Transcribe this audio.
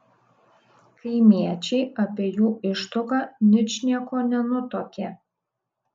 kaimiečiai apie jų ištuoką ničnieko nenutuokė